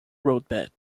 roadbed